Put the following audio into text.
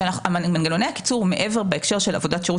מנגנוני הקיצור בהקשר של עבודות שירות